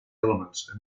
elements